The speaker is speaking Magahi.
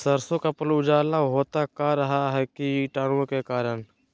सरसो का पल उजला होता का रहा है की कीटाणु के करण?